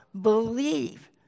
Believe